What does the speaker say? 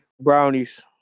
Brownies